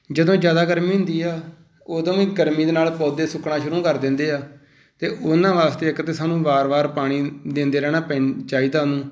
ਜਦੋਂ ਜ਼ਿਆਦਾ ਗਰਮੀ ਹੁੰਦੀ ਆ ਉਦੋਂ ਵੀ ਗਰਮੀ ਦੇ ਨਾਲ਼ ਪੌਦੇ ਸੁੱਕਣਾ ਸ਼ੁਰੂ ਕਰ ਦਿੰਦੇ ਆ ਅਤੇ ਉਹਨਾਂ ਵਾਸਤੇ ਇੱਕ ਤਾਂ ਸਾਨੂੰ ਵਾਰ ਵਾਰ ਪਾਣੀ ਦਿੰਦੇ ਰਹਿਣਾ ਪੈਂ ਚਾਹੀਦਾ ਉਹਨੂੰ